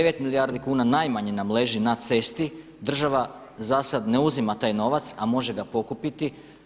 9 milijardi kuna najmanje nam leži na cesti, država zasad ne uzima taj novac a može ga pokupiti.